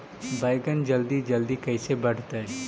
बैगन जल्दी जल्दी कैसे बढ़तै?